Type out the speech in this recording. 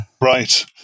right